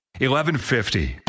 1150